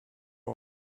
boy